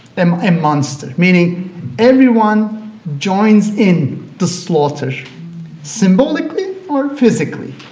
um a monster, meaning everyone joins in the slaughter symbolically or physically.